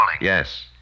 Yes